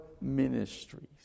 ministries